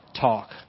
talk